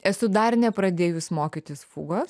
esu dar nepradėjus mokytis fugos